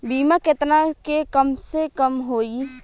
बीमा केतना के कम से कम होई?